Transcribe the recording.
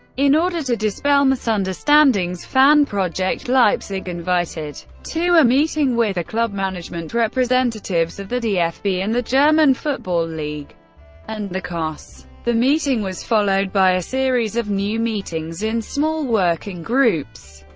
in order to dispel misunderstandings, fanprojekt leipzig invited to a meeting with the club management, representatives of the dfb and the german football league and the kos. the meeting was followed by a series of new meetings in small working groups.